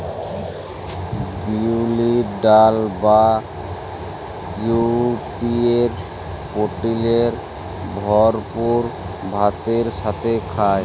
বিউলির ডাল বা কাউপিএ প্রটিলের ভরপুর ভাতের সাথে খায়